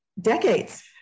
decades